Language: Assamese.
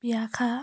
ব্যাখ্যা